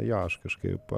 jo aš kažkaip